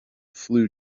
flew